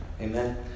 Amen